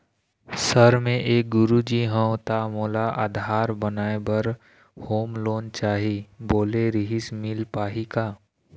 Sir मे एक गुरुजी हंव ता मोला आधार बनाए बर होम लोन चाही बोले रीहिस मील पाही का?